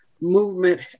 movement